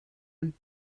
und